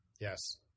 Yes